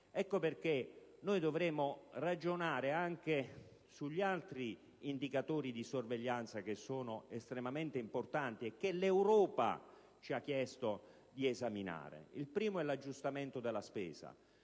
Ecco perché dovremo ragionare anche sugli altri indicatori di sorveglianza che sono estremamente importanti e che l'Europa ci ha chiesto di esaminare. Il primo indicatore è l'aggiustamento della spesa.